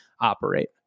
operate